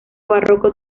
barroco